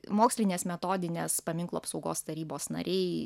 mokslinės metodinės paminklų apsaugos tarybos nariai